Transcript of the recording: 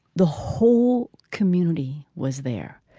the whole community was there.